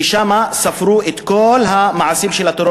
ושם ספרו את כל המעשים של הטרור